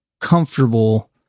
comfortable